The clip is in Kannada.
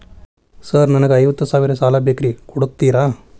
ಸರ್ ನನಗ ಹತ್ತು ಸಾವಿರ ಸಾಲ ಬೇಕ್ರಿ ಕೊಡುತ್ತೇರಾ?